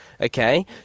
okay